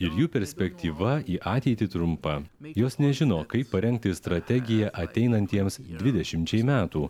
ir jų perspektyva į ateitį trumpa jos nežino kaip parengti strategiją ateinantiems dvidešimčiai metų